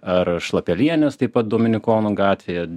ar šlapelienės taip pat dominikonų gatvėje